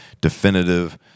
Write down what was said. definitive